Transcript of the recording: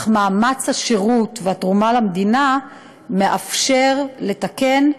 מאמץ השירות והתרומה למדינה מאפשרים לתקן,